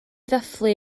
ddathlu